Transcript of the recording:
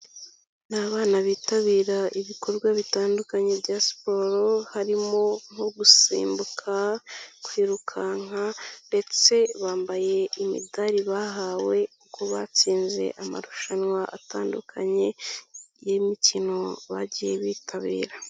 Ni bana bitabira ibikorwa bitandukanye bya siporo, harimo nko gusimbuka, kwirukanka ndetse bambaye imidari bahawe kuko batsinze amarushanwa atandukanye y'imikino bagiye bitabira.